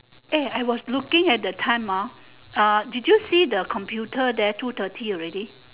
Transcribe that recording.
eh I was looking at the time ah ah did you see the computer there two thirty already